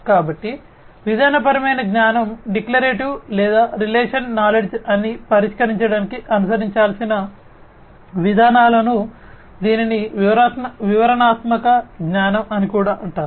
కాబట్టి విధానపరమైన జ్ఞానం డిక్లరేటివ్ లేదా రిలేషనల్ నాలెడ్జ్ అని పరిష్కరించడానికి అనుసరించాల్సిన విధానాలను దీనిని వివరణాత్మక జ్ఞానం అని కూడా అంటారు